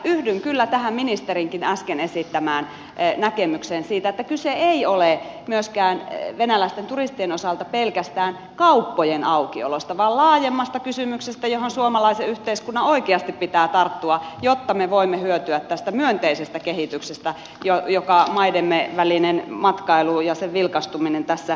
yhdyn kyllä tähän ministerinkin äsken esittämään näkemykseen siitä että kyse ei ole myöskään venäläisten turistien osalta pelkästään kauppojen aukiolosta vaan laajemmasta kysymyksestä johon suomalaisen yhteiskunnan oikeasti pitää tarttua jotta me voimme hyötyä tästä myönteisestä kehityksestä jonka maidemme välinen matkailu ja sen vilkastuminen tässä tuo mukanaan